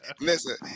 listen